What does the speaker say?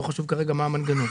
לא חשוב כרגע מה המנגנון.